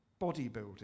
bodybuilding